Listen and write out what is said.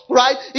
right